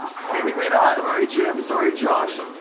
seemingly not. sorry, jim. sorry, josh,